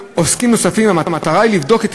מפלסטיק הן המקור העיקרי לבעיה הסביבתית,